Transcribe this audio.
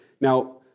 Now